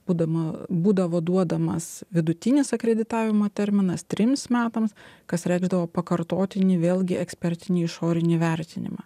būdama būdavo duodamas vidutinis akreditavimo terminas trims metams kas reikšdavo pakartotinį vėlgi ekspertinį išorinį vertinimą